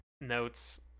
notes